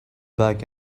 back